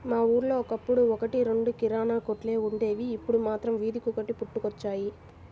మా ఊళ్ళో ఒకప్పుడు ఒక్కటి రెండు కిరాణా కొట్లే వుండేవి, ఇప్పుడు మాత్రం వీధికొకటి పుట్టుకొచ్చాయి